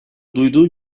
duyduğu